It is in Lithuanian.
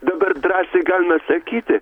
dabar drąsiai galima sakyti